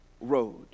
road